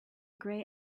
grey